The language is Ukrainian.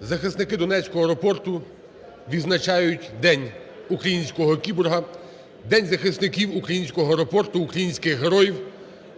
захисники Донецького аеропорту відзначають день українського кіборга, День захисників українського аеропорту, українських героїв,